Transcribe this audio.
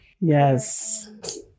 Yes